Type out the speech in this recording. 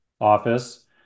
office